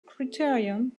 criterion